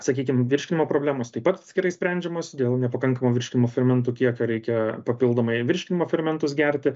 sakykim virškinimo problemos taip pat atskirai sprendžiamos dėl nepakankamo virškinimo fermentų kiekio reikia papildomai virškinimo fermentus gerti